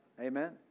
Amen